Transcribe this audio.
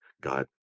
God